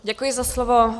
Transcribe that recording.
Děkuji za slovo.